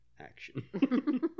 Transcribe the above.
action